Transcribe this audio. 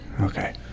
Okay